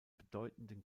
bedeutenden